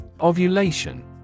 Ovulation